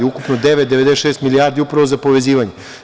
Ukupno 9,96 milijardi upravo za povezivanje.